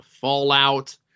fallout